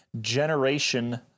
Generation